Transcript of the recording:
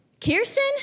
Kirsten